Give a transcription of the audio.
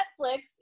Netflix